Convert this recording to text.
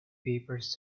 papers